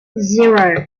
zero